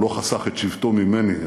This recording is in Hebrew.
הוא לא חסך את שבטו ממני,